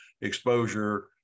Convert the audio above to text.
exposure